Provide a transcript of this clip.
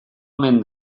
omen